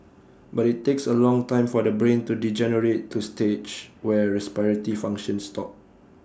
but IT takes A long time for the brain to degenerate to stage where respiratory functions stop